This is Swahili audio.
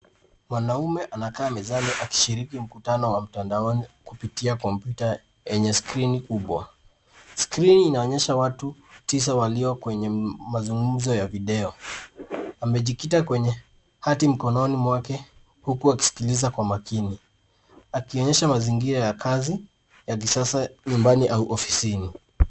Mwanaume anakaa mezani akishiriki mkutano wa mtandaoni kupitia kompyuta yenye skrini kubwa. Skrini inaonyesha watu tisa walio kwenye mazungumzo ya video. Amejikita kwenye hati mkononi mwake, huku akisikiliza kwa makini, akionyesha mazingira ya kazi, ya kisasa, nyumbani au ofisini.